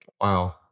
Wow